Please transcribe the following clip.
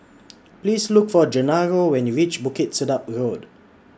Please Look For Genaro when YOU REACH Bukit Sedap Road